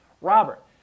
Robert